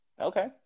Okay